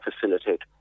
facilitate